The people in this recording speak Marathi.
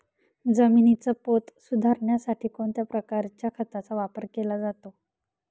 जमिनीचा पोत सुधारण्यासाठी कोणत्या प्रकारच्या खताचा वापर केला जातो?